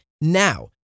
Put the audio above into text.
Now